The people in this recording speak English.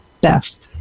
best